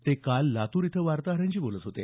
ते काल लातूर इथं वार्ताहरांशी बोलत होते